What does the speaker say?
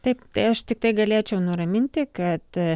taip tai aš tiktai galėčiau nuraminti kad